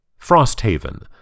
Frosthaven